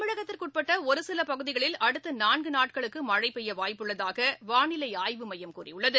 தமிழகத்திற்குஉட்பட்டஒருசிலபகுதிகளில் அடுத்தநான்குநாட்களுக்குமழைபெய்யவாய்ப்புள்ளதாகவானிலைஆய்வு மையம் கூறியுள்ளது